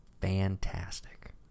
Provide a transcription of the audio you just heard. fantastic